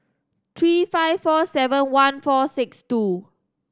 three five four seven one four six two